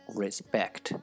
respect